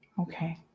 Okay